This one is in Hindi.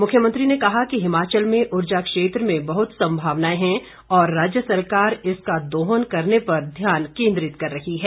मुख्यमंत्री ने कहा कि हिमाचल में ऊर्जा क्षेत्र में बहुत संभावनाएं हैं और राज्य सरकार इसका दोहन करने पर ध्यान केंद्रित कर रही है